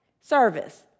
service